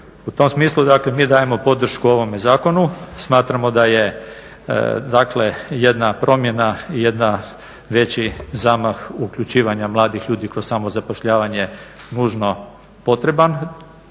U tom smislu dakle mi dajemo podršku ovome zakonu, smatramo da je dakle jedna promjena i jedan veći zamah uključivanja mladih ljudi kroz samozapošljavanje nužno potreban.